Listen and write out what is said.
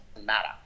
matter